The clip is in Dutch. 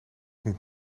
niet